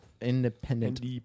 independent